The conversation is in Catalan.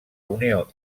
unió